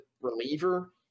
reliever